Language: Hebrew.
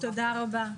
תודה רבה.